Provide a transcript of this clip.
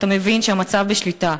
אתה מבין שהמצב בשליטה.